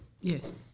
Yes